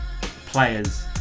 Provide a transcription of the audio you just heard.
players